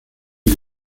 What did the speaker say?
die